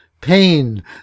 pain